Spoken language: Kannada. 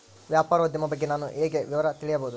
ವ್ಯಾಪಾರೋದ್ಯಮ ಬಗ್ಗೆ ನಾನು ಹೇಗೆ ವಿವರ ತಿಳಿಯಬೇಕು?